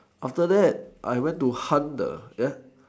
after that I went to hunt the there